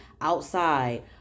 outside